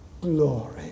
glory